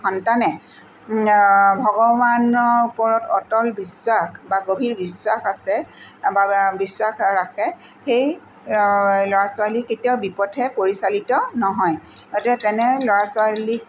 সন্তানে ভগৱানৰ ওপৰত অটল বিশ্বাস বা গভীৰ বিশ্বাস আছে বিশ্বাস ৰাখে সেই ল'ৰা ছোৱালী কেতিয়াও বিপথে পৰিচালিত নহয় এতিয়া তেনে ল'ৰা ছোৱালীক